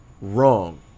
wrong